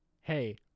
hey